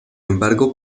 embargo